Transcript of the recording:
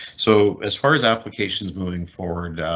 so as far as applications moving forward,